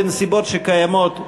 בנסיבות שקיימות,